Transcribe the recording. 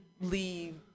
leave